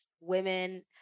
women